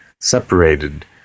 separated